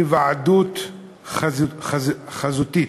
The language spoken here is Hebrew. בהיוועדות חזותית.